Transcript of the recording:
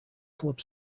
club